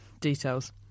Details